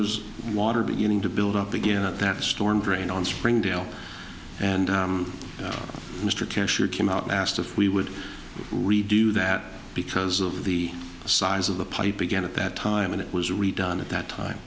was water beginning to build up again that storm drain on springdale and mr casher came out and asked if we would we do that because of the size of the pipe began at that time and it was redone at that time